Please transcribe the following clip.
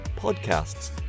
podcasts